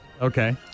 Okay